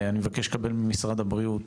אני מבקש לקבל ממשרד הבריאות